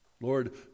Lord